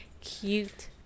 cute